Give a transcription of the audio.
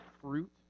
fruit